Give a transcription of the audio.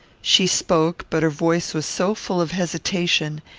she spoke, but her voice was so full of hesitation,